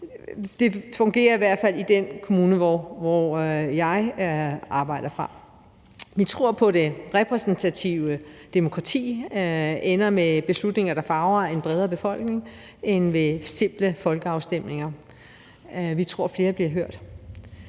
det fungerer i hvert fald i den kommune, som jeg arbejder fra. Vi tror på, at det repræsentative demokrati ender med beslutninger, der favner en bredere befolkning, end ved simple folkeafstemninger. Vi tror, at flere bliver hørt.